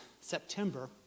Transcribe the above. September